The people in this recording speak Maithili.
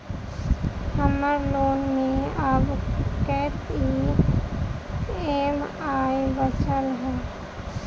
हम्मर लोन मे आब कैत ई.एम.आई बचल ह?